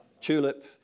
tulip